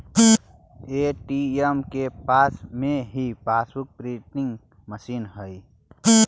ATM के पास में ही पासबुक प्रिंटिंग मशीन हई